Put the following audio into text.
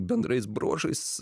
bendrais bruožais